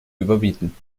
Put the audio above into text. überbieten